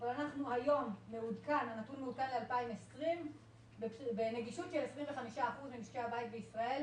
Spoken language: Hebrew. אנחנו היום בנגישות של 25% ממשקי הבית בישראל.